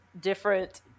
different